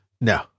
No